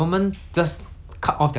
like they don't need to they don't need